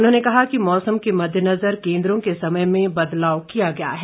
उन्होंने कहा कि मौसम के मद्देनजर केन्द्रों के समय में बदलाव किया गया है